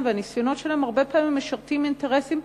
והניסיונות שלהם הרבה פעמים משרתים אינטרסים,